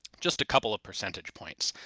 just a couple of percentage points.